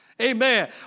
Amen